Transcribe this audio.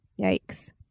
Yikes